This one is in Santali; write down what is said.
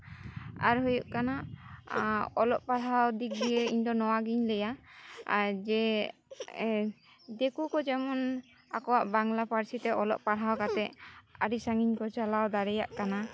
ᱟᱨ ᱦᱩᱭᱩᱜ ᱠᱟᱱᱟ ᱚᱞᱚᱜ ᱯᱟᱲᱦᱟᱣ ᱫᱤᱠ ᱫᱤᱭᱮ ᱤᱧ ᱫᱚ ᱱᱚᱣᱟᱤᱧ ᱞᱟᱹᱭᱟ ᱡᱮ ᱫᱮᱠᱳ ᱠᱚ ᱡᱮᱢᱚᱱ ᱟᱠᱚᱣᱟᱜ ᱵᱟᱝᱞᱟ ᱯᱟᱹᱨᱥᱤ ᱛᱮ ᱚᱞᱚᱜ ᱯᱟᱲᱦᱟᱣ ᱠᱟᱛᱮ ᱟᱹᱰᱤ ᱥᱟᱺᱜᱤᱧ ᱠᱚ ᱪᱟᱞᱟᱣ ᱫᱟᱲᱮᱭᱟᱜ ᱠᱟᱱᱟ